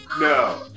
No